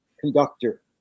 conductor